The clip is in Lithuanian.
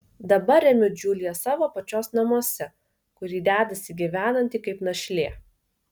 dabar remiu džiuliją savo pačios namuose kur ji dedasi gyvenanti kaip našlė